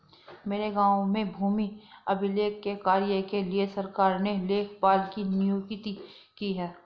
मेरे गांव में भूमि अभिलेख के कार्य के लिए सरकार ने लेखपाल की नियुक्ति की है